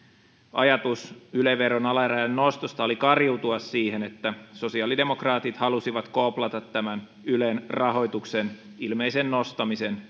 ajatus yle veron alarajan nostosta oli kariutua siihen että sosiaalidemokraatit halusivat koplata tämän ylen rahoituksen ilmeisen nostamisen